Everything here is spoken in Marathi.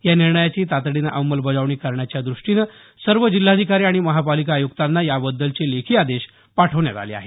या निर्णयाची तातडीनं अंमलबजावणी करण्याच्या दृष्टीनं सर्व जिल्हाधिकारी आणि महापालिका आयुक्तांना याबद्दलचे लेखी आदेश पाठवण्यात आले आहेत